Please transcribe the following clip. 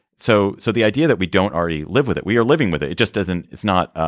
so so the idea that we don't already live with it we are living with it it just doesn't. it's not.